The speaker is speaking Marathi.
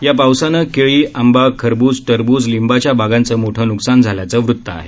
या पावसानं केळी आंबा खरब्ज टरब्ज लिंबाच्या बागांचं मोठं नुकसान झाल्याचं वृत्त आहे